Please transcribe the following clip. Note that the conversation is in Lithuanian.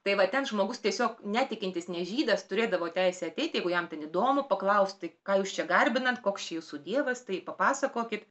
tai va ten žmogus tiesiog netikintis ne žydas turėdavo teisę ateiti jeigu jam ten įdomu paklausti ką jūs čia garbinant koks čia jūsų dievas tai papasakokit